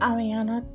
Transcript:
Ariana